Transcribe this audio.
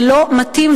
זה לא מתאים,